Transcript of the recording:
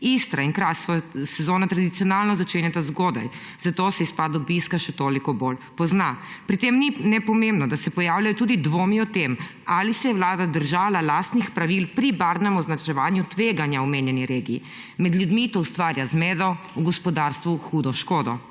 Istra in Kras sezono tradicionalno začenjata zgodaj, zato se izpad obiska še toliko bolj pozna. Pri tem ni nepomembno, da se pojavljajo tudi dvomi o tem, ali se je Vlada držala lastnih pravil pri barvnem označevanju tveganja v omenjeni regiji. Med ljudmi to ustvarja zmedo, v gospodarstvu hudo škodo.